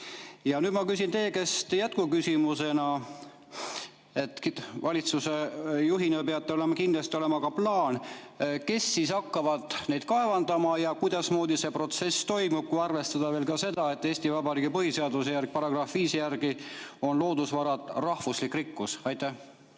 Nüüd ma küsin teie käest jätkuküsimusena, et valitsuse juhina peab teil kindlasti olema ka plaan, kes siis hakkavad neid kaevandama ja kuidasmoodi see protsess toimub, kui arvestada seda, et Eesti Vabariigi põhiseaduse § 5 järgi on loodusvarad rahvuslik rikkus. Aitäh,